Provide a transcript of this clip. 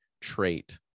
trait